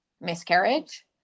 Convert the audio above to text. miscarriage